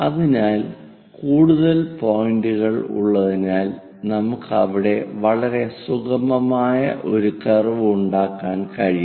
അതിനാൽ കൂടുതൽ പോയിന്റുകൾ ഉള്ളതിനാൽ നമുക്ക് അവിടെ വളരെ സുഗമമായ ഒരു കർവ് ഉണ്ടാക്കാൻ കഴിയും